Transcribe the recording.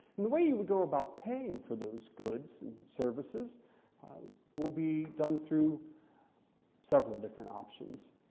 and the way you would go about paying for those goods and services will be done through several different options.